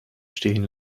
stehen